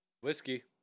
Whiskey